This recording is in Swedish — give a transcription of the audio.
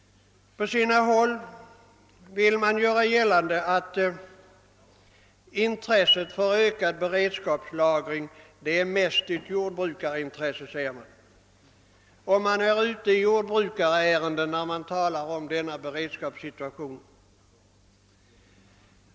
På sina håll vill man göra gällande att ökad beredskapslagring mest är ett jordbrukarintresse och att den som talar om beredskapssituationen går jordbrukarnas ärenden.